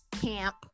camp